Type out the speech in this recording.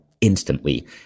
instantly